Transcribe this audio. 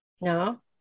No